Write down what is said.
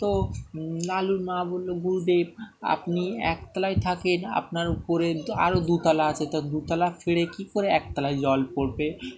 তো লালুর মা বললো গুরুদেব আপনি একতলায় থাকেন আপনার উপরেো আরও দুতলা আছে ত দুতলা ফেটে কী করে একতলায় জল পড়বে